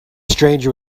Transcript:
stranger